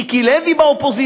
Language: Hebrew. מיקי לוי באופוזיציה,